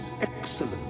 excellent